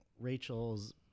rachel's